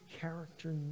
character